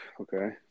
Okay